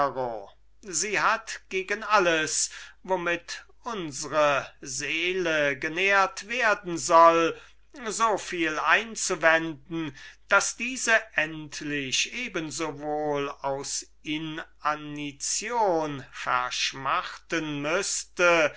sie hat gegen alles womit unsre seele genährt werden soll soviel einzuwenden daß diese endlich eben sowohl aus inanition verschmachten müßte